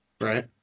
Right